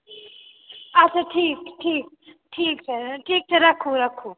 अच्छा ठीक ठीक छै ठीक छै रखु रखु